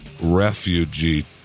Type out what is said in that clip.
refugee